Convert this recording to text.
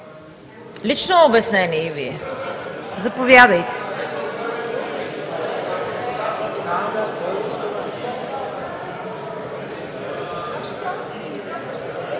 Лично обяснение и Вие? Заповядайте.